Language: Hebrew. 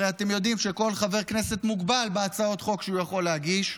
הרי אתם יודעים שכל חבר כנסת מוגבל בהצעות חוק שהוא יכול להגיש,